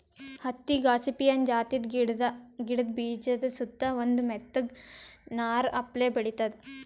ಹತ್ತಿ ಗಾಸಿಪಿಯನ್ ಜಾತಿದ್ ಗಿಡದ ಬೀಜಾದ ಸುತ್ತಾ ಒಂದ್ ಮೆತ್ತಗ್ ನಾರ್ ಅಪ್ಲೆ ಬೆಳಿತದ್